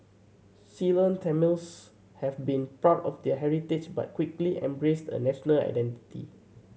Ceylon Tamils had been proud of their heritage but quickly embraced a national identity